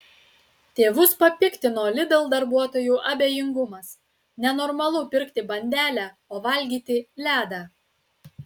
tėvus papiktino lidl darbuotojų abejingumas nenormalu pirkti bandelę o valgyti ledą